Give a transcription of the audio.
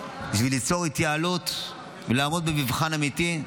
בשביל ליצור התייעלות ולעמוד במבחן אמיתי.